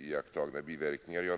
iakttagna biverkningar.